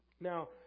Now